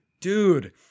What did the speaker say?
Dude